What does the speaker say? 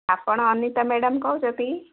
ଆପଣ ଅନିତା ମ୍ୟାଡ଼ାମ୍ କହୁଛନ୍ତି